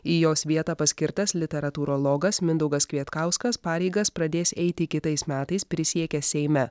į jos vietą paskirtas literatūrologas mindaugas kvietkauskas pareigas pradės eiti kitais metais prisiekęs seime